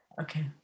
Okay